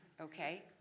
Okay